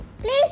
Please